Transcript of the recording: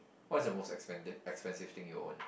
what is the most expensive expensive thing you own